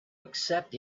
accept